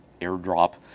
airdrop